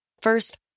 First